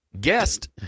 guest